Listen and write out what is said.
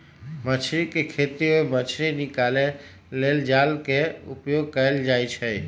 मछरी कें खेति से मछ्री निकाले लेल जाल के उपयोग कएल जाइ छै